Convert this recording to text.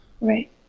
Right